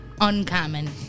uncommon